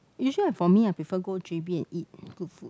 usually I for me I prefer go j_b and eat good food